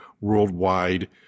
worldwide